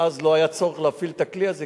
ולא היה צורך להפעיל את הכלי הזה,